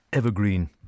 Evergreen